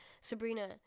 Sabrina